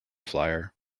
flyer